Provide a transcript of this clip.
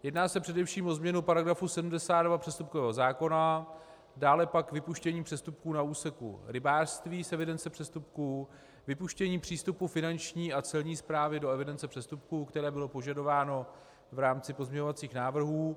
Jedná se především o změnu § 72 přestupkového zákona, dále pak vypuštění přestupků na úseku rybářství z evidence přestupků, vypuštění přístupu Finanční a Celní správy do evidence přestupků, které bylo požadováno v rámci pozměňovacích návrhů.